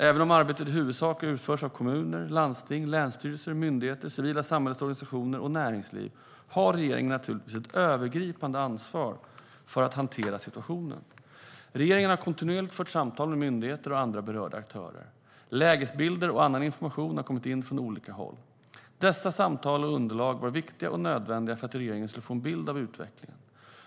Även om arbetet i huvudsak utförs av kommuner, landsting, länsstyrelser, myndigheter, civila, samhällets organisationer och näringsliv har regeringen naturligtvis ett övergripande ansvar för att hantera situationen. Regeringen har kontinuerligt fört samtal med myndigheter och andra berörda aktörer. Lägesbilder och annan information har kommit in från olika håll. Dessa samtal och underlag var viktiga och nödvändiga för att regeringen skulle få en bild av utvecklingen.